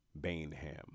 Bainham